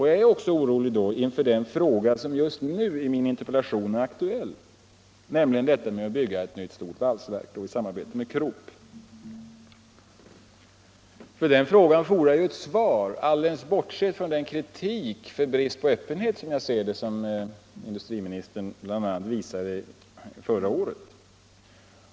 Jag är också orolig inför det projekt som aktualiserats i min interpellation, nämligen att man skall bygga ett nytt stort valsverk i samarbete med Krupp. Frågan huruvida det projektet är realistiskt fordrar ett svar, alldeles bortsett från den kritik man kan rikta mot den brist på öppenhet som industriministern visade förra året.